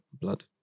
blood